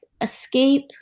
escape